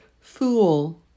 fool